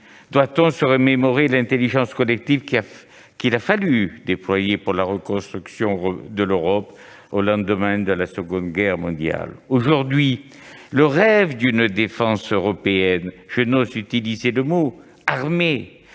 Doit-on se remémorer l'intelligence collective qu'il a fallu déployer pour la reconstruction de l'Europe au lendemain de la Seconde Guerre mondiale ? Aujourd'hui, le rêve d'une défense européenne- je n'ose utiliser le mot « armée »